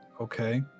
Okay